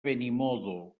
benimodo